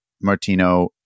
Martino